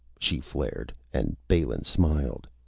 she flared, and balin smiled.